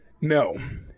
No